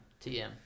TM